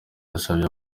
yasabye